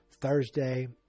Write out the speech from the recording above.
Thursday